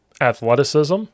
athleticism